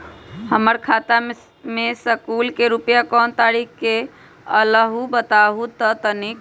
हमर खाता में सकलू से रूपया कोन तारीक के अलऊह बताहु त तनिक?